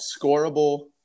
scorable